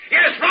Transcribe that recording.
Yes